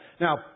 Now